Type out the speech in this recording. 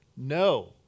No